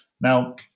Now